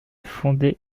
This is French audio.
fondé